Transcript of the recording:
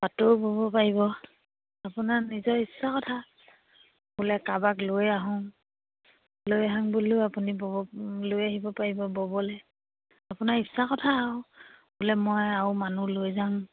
পাটৰো ব'ব পাৰিব আপোনাৰ নিজৰ ইচ্ছা কথা বোলে কাৰোবাক লৈ আহোঁ লৈ আহো বুলিলেও আপুনি ব'ব লৈ আহিব পাৰিব ব'বলৈ আপোনাৰ ইচ্ছা কথা আৰু বোলে মই আৰু মানুহ লৈ যাম